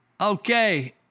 okay